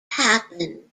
happened